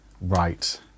Right